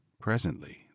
Presently